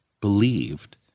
believed